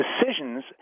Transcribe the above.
decisions